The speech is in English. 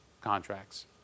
contracts